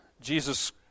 Jesus